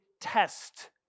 test